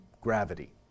gravity